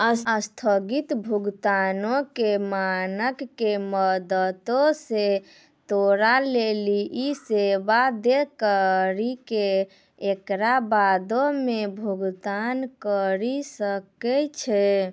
अस्थगित भुगतानो के मानक के मदतो से तोरा लेली इ सेबा दै करि के एकरा बादो मे भुगतान करि सकै छै